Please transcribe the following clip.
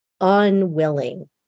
unwilling